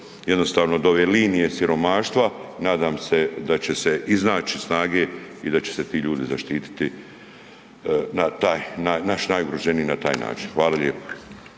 jednostavno do ove linije siromaštva. Nadam se da će se iznaći snage i da će se ti ljudi zaštititi na taj, naš najugroženiji na taj način. Hvala lijepo.